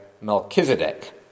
Melchizedek